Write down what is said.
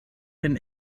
den